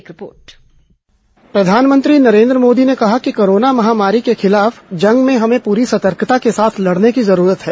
एक रिपोर्ट प्रधानमंत्री नरेन्द्र मोदी ने कहा कि कोरोना महामारी के खिलाफ जंग को हमें पूरी सतर्कता के साथ लड़ने की ज़रूरत है